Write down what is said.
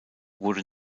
wurde